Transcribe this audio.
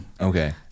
Okay